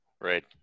Right